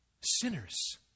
sinners